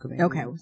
okay